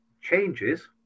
changes